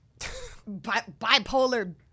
bipolar